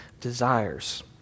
desires